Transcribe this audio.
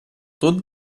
todo